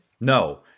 No